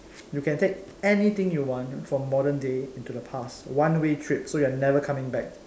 you can take anything you want from modern day into the past one way trip so you are never coming back